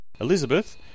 Elizabeth